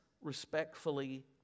respectfully